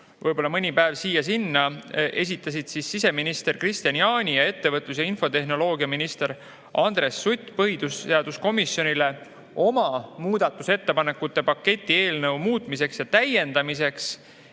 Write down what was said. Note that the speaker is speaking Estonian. võib-olla mõni päev siia-sinna, esitasid siseminister Kristian Jaani ning ettevõtlus- ja infotehnoloogiaminister Andres Sutt põhiseaduskomisjonile oma muudatusettepanekute paketi eelnõu muutmiseks ja täiendamiseks.